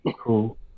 Cool